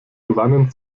gewannen